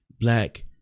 black